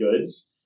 goods